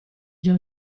già